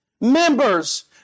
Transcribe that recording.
Members